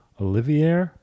Olivier